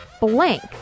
blank